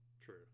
True